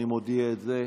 אני מודיע את זה,